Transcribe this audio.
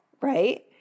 right